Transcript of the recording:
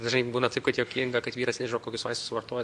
dažnai būna taip kad juokinga kad vyras nežino kokius vaistus varto